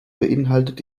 beinhaltet